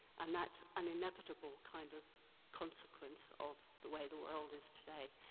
and that's an inevitable kind of consequence of the way the world is today.